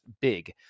big